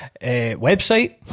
Website